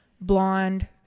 blonde